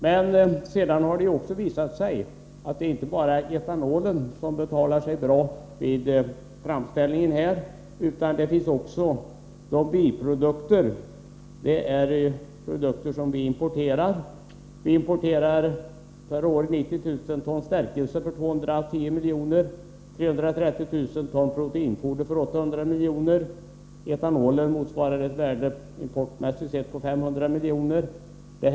Sedan har det emellertid också visat sig inte bara att etanolen betalar sig bra vid framställningen, utan att denna också som biprodukter ger sådant som vi importerar. Vi importerade förra året 90 000 ton stärkelse för 210 milj.kr. och 330 000 ton proteinfoder för 800 milj.kr., och etanolen motsvarar ett importvärde på 500 milj.kr.